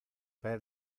per